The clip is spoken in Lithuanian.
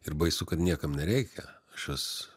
ir baisu kad niekam nereikia aš vis